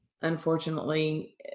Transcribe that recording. unfortunately